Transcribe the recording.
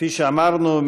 כפי שאמרנו,